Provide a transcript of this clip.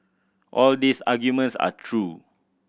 all these arguments are true